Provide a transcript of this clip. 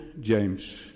James